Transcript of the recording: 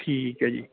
ਠੀਕ ਹੈ ਜੀ